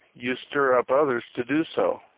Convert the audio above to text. you stir up others to do so.